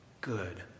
good